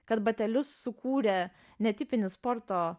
kad batelius sukūrė netipinis sporto